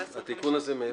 התיקון הזה מאיפה?